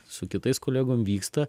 su kitais kolegom vyksta